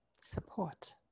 support